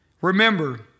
Remember